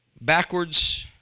backwards